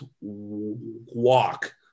walk